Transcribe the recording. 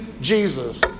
Jesus